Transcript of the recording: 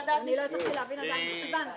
לא הצלחתי עדיין להבין מה אמר סיון להבי.